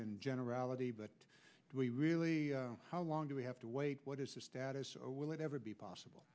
in generality but do we really know how long do we have to wait what is the status or will it ever be possible